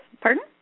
Pardon